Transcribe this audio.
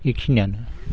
बेखिनियानो